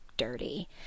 Dirty